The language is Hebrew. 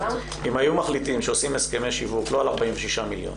אם היו מחליטים שעושים הסכמי שיווק לא על 46 מיליון,